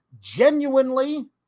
genuinely